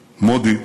מודי,